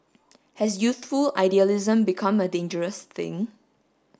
has youthful idealism become a dangerous thing